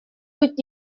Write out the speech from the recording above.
быть